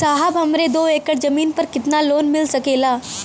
साहब हमरे दो एकड़ जमीन पर कितनालोन मिल सकेला?